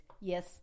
Yes